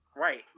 Right